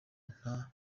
nta